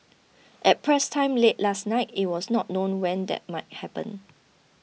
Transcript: at press time late last night it was not known when that might happen